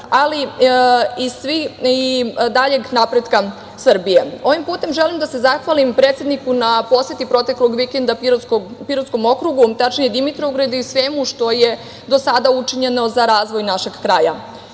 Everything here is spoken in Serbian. ali i daljeg napretka Srbije. Ovim putem želim da se zahvalim predsedniku na poseti proteklog vikenda Pirotskom okrugu, tačnije Dimitrovgradu i svemu što je do sada učinjeno za razvoj našeg kraja. Vrlo